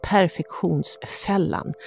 Perfektionsfällan